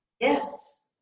Yes